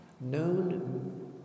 known